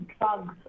drugs